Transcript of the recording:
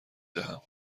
دهم